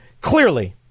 clearly